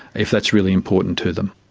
if that's really important to them.